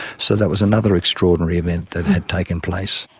so that was another extraordinary event that had taken place.